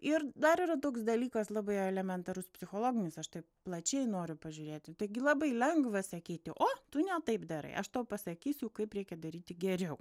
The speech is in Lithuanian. ir dar yra toks dalykas labai elementarus psichologinis aš taip plačiai noriu pažiūrėti taigi labai lengva sakyti o tu ne taip darai aš tau pasakysiu kaip reikia daryti geriau